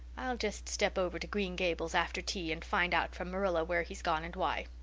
i'll just step over to green gables after tea and find out from marilla where he's gone and why,